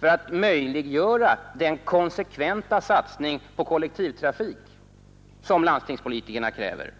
För att möjliggöra den konsekventa satsning på kollektivtrafik som landstingspolitikerna kräver